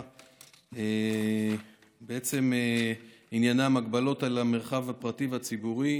החדש (הוראת שעה) (הגבלת פעילות והוראות נוספות)